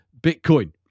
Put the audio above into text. Bitcoin